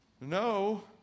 ...no